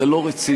זה לא רציני,